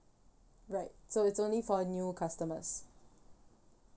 right so it's only for new customers